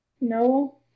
No